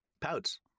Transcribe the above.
pouts